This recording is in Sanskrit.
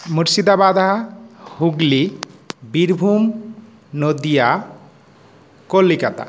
मुर्सिदाबादः हुग्लि बीर्भूम् नोदिया कोल्कत्ता